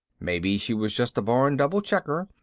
maybe she was just a born double-checker,